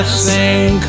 sing